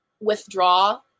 withdraw